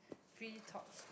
free talk